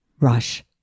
rush